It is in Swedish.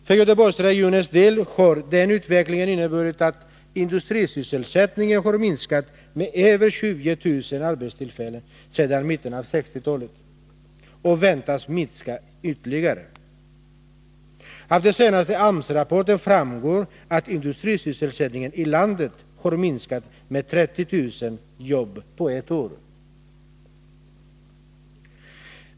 För Göteborgsregionens del har den utvecklingen inneburit att industri sysselsättningen har minskat med över 20 000 arbetstillfällen sedan mitten av 1960-talet och väntas minska ytterligare. Av den senaste AMS-rapporten framgår att industrisysselsättningen i landet har minskat med 30 000 jobb på ett år.